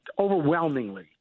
overwhelmingly